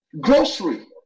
grocery